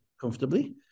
comfortably